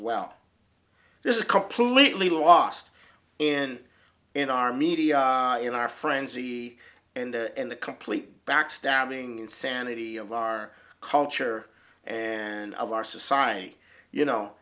well this is completely lost and in our media in our frenzy and the complete backstabbing insanity of our culture and of our society you know